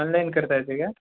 online करता येतं आहे का